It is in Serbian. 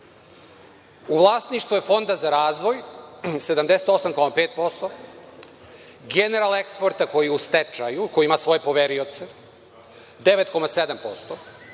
U vlasništvu je Fonda za razvoj, 78,5%, „General Eksporta“ koji je u stečaju, koji ima svoje poverioce 9,7%,